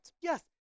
Yes